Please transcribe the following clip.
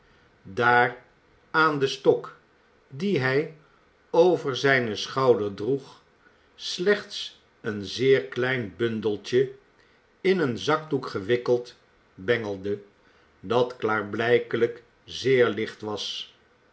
daar aan den stok dien hij over zijne schouders droeg slechts een zeer klein bundeltje in een zakdoek gewikkeld bengelde dat klaarblijkelijk zeer licht was